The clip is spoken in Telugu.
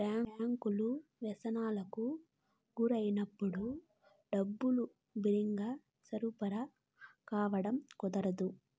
బ్యాంకులు విస్తరణకు గురైనప్పుడు డబ్బులు బిరిగ్గా సరఫరా కావడం కుదరదు